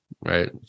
right